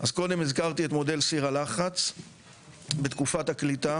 אז קודם הזכרתי את מודל סיר הלחץ בתקופת הקליטה